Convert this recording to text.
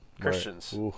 Christians